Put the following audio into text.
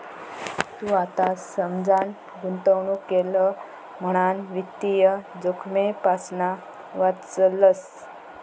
तू आता समजान गुंतवणूक केलं म्हणान वित्तीय जोखमेपासना वाचलंस